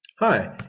hi.